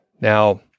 Now